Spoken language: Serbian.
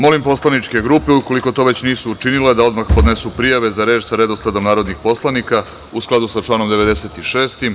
Molim poslaničke grupe, ukoliko to već nisu učinile da odmah podnesu prijave za reč sa redosledom narodnih poslanika, u skladu sa članom 96.